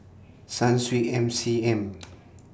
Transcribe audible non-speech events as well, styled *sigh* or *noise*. Sunsweet M C M *noise*